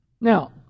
Now